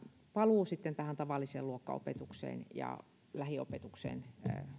paluu tavalliseen luokkaopetukseen ja lähiopetukseen